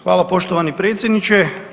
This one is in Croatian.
Hvala poštovani predsjedniče.